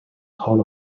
hall